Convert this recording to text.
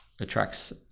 attracts